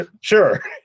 sure